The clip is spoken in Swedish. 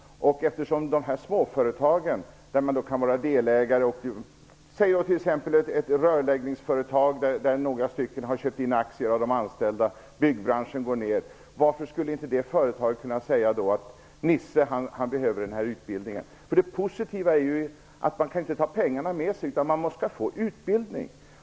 Anställda kan vara delägare i småföretag. Nisse som är anställd i t.ex. ett rörläggningsföretag kan ha köpt in aktier i detta när byggbranschen går ned. Varför skulle man inte i det företaget kunna säga att han behöver en sådan här utbildning? Det positiva är att man inte kan ta pengarna med sig, utan man får en utbildning.